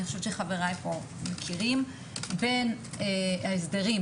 חושבת שחבריי פה מכירים בין ההסדרים,